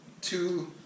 two